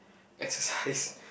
exercise